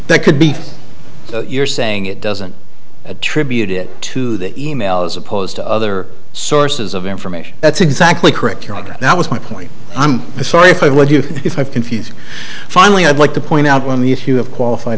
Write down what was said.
that could be you're saying it doesn't attribute it to the e mail as opposed to other sources of information that's exactly correct your that was my point i'm sorry if i read you if i've confused finally i'd like to point out when the issue of qualified